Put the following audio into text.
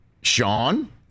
Sean